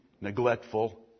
neglectful